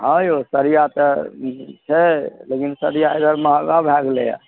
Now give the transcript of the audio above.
हँ यौ सरिआ तऽ छै लेकिन सरिआ एहिबेर महगा भए गेलैए